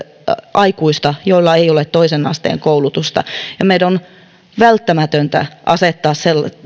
aikuista joilla ei ole toisen asteen koulutusta ja meidän on välttämätöntä asettaa